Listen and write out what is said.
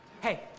Hey